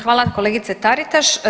Hvala kolegice Taritaš.